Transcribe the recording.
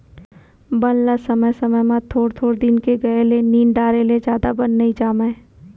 बन ल समे समे म थोर थोर दिन के गए ले निंद डारे ले जादा बन नइ जामय